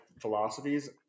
philosophies